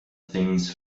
things